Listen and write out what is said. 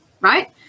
right